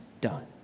done